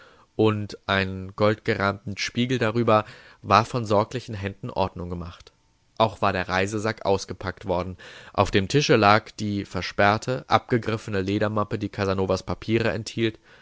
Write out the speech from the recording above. und einen goldgerahmten spiegel darüber war von sorglichen händen ordnung gemacht auch war der reisesack ausgepackt worden auf dem tische lag die versperrte abgegriffene ledermappe die casanovas papiere enthielt